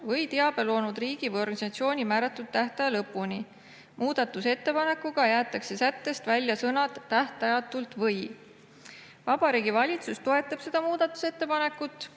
või teabe loonud riigi või organisatsiooni määratud tähtaja lõpuni. Muudatusettepanekuga jäetakse sättest välja sõnad "tähtajatult või". Vabariigi Valitsus toetab seda muudatusettepanekut,